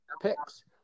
picks